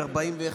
41,